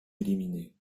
éliminée